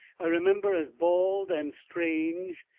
i remember, as bald and strange,